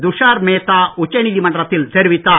துஷார் மேத்தா உச்ச நீதிமன்றத்தில் தெரிவித்தார்